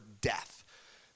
death